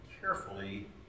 carefully